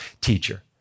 teacher